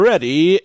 Ready